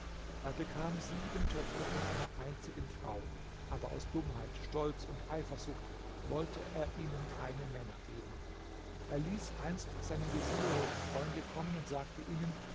er bekam sieben töchter von einer einzigen frau aber aus dummheit stolz und eifersucht wollte er ihnen keine männer geben er ließ einst seine veziere und freunde kommen und sagte ihnen